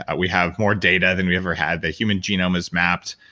ah we have more data than we ever had. the human genome is mapped.